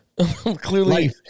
clearly